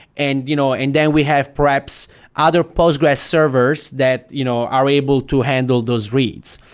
and you know and then we have perhaps other postgres servers that you know are able to handle those reads.